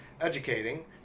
educating